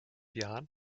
jahren